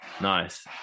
Nice